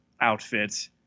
outfit